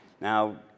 Now